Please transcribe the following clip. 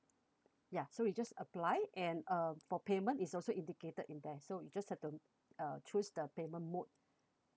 ya so you just apply and uh for payment is also indicated in there so you just have to uh choose the payment mode